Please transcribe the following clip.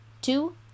Two